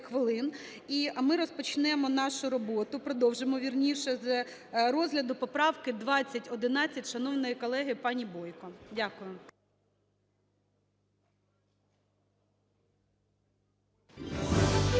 І ми розпочнемо нашу роботу, продовжимо, вірніше, з розгляду поправки 2011 шановної колеги пані Бойко. Дякую. (Після